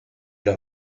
los